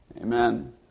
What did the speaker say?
Amen